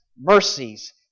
mercies